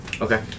Okay